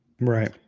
right